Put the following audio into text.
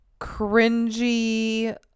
cringy